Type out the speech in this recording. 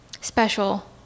special